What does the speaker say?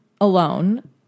alone